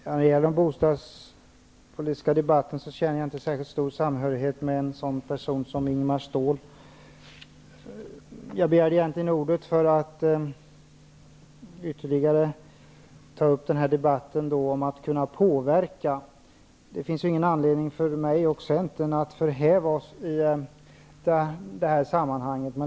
Fru talman! När det gäller den bostadspolitiska debatten känner jag inte särskilt stor samhörighet med en sådan person som Ingemar Ståhl. Jag begärde egentligen ordet för att ta upp debatten om att kunna påverka. Det finns ingen anledning för Centern och mig att förhäva oss i detta sammanhang.